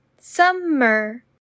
summer